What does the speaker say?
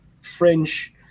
fringe –